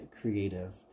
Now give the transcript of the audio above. creative